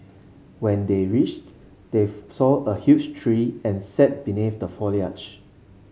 when they reached they saw a huge tree and sat beneath the foliage